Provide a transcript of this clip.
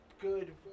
good